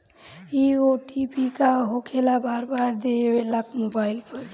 इ ओ.टी.पी का होकेला बार बार देवेला मोबाइल पर?